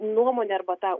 nuomonę arba tą